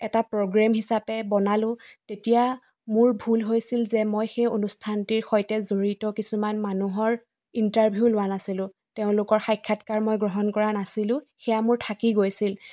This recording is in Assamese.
এটা প্ৰগ্ৰেম হিচাপে বনালোঁ তেতিয়া মোৰ ভুল হৈছিল যে মই সেই অনুষ্ঠানটিৰ সৈতে জড়িত কিছুমান মানুহৰ ইণ্টাৰভিউ লোৱা নাছিলোঁ তেওঁলোকৰ সাক্ষাৎকাৰ মই গ্ৰহণ কৰা নাছিলোঁ সেয়া মোৰ থাকি গৈছিল